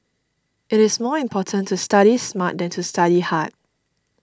it is more important to study smart than to study hard